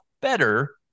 better